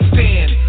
Stand